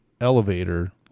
elevator